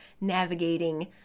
navigating